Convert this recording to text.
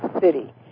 City